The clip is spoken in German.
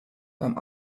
beim